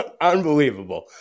Unbelievable